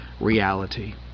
reality